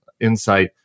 insight